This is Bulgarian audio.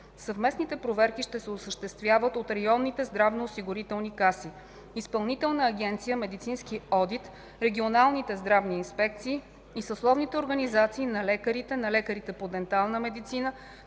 Съвместните проверки ще се осъществяват от районните здравноосигурителни каси, Изпълнителна агенция „Медицински одит”, регионалните здравни инспекции и съсловните организации на лекарите, на лекарите по дентална медицина,